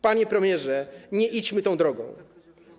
Panie premierze, nie idźmy tą drogą.